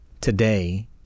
today